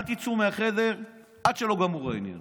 אל תצאו מהחדר עד שלא תגמרו עניין.